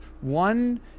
one